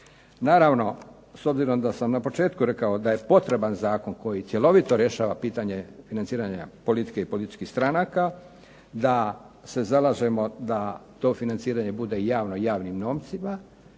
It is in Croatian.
Naravno, s obzirom da sam na početku rekao da je potreban zakon koji cjelovito rješava pitanje financiranja politike i političkih stranaka, da se zalažemo da to financiranje javno i javnim novcima